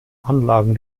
anlagen